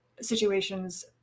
situations